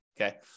Okay